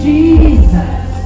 Jesus